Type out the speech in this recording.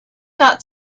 not